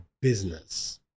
business